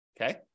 Okay